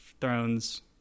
Thrones